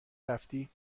رفتی